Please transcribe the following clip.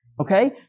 okay